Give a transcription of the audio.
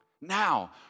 Now